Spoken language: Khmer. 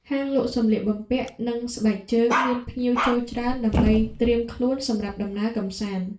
ហាងលក់សម្លៀកបំពាក់ និងស្បែកជើងមានភ្ញៀវចូលច្រើនដើម្បីត្រៀមខ្លួនសម្រាប់ដំណើរកម្សាន្ត។